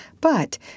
but